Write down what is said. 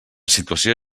situació